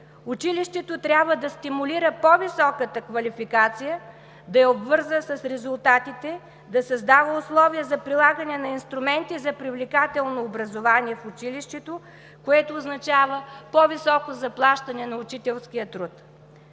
Училището трябва да стимулира по-високата квалификация, да я обвързва с резултатите, да създава условия за прилагане на инструменти за привлекателно образование в училището, което означава по-високо заплащане на учителския труд.